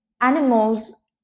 animals